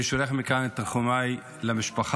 אני שולח מכאן את תנחומיי למשפחה.